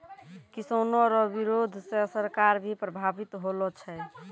किसानो रो बिरोध से सरकार भी प्रभावित होलो छै